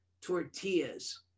tortillas